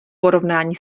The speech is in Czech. porovnání